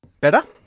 Better